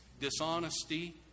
dishonesty